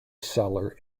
cellar